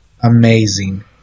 amazing